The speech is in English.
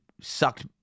sucked